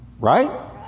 Right